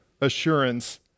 assurance